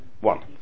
One